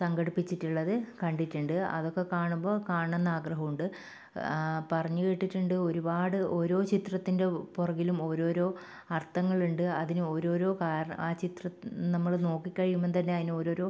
സംഘടിപ്പിച്ചിട്ടുള്ളത് കണ്ടിട്ടുണ്ട് അതൊക്കെ കാണുമ്പോൾ കാണണമെന്നാഗ്രഹമുണ്ട് പറഞ്ഞ് കേട്ടിട്ടുണ്ട് ഒരുപാട് ഓരോ ചിത്രത്തിൻ്റെ പുറകിലും ഓരോരോ അർത്ഥങ്ങളുണ്ട് അതിന് ഒരോരോ കാരണം ആ ചിത്രം നമ്മൾ നോക്കിക്കഴിയുമ്പോൾ തന്നെ അതിനോരോരോ